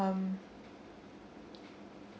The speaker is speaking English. um